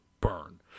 burn